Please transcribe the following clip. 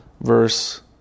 verse